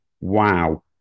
wow